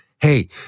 hey